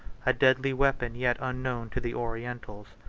a deadly weapon, yet unknown to the orientals.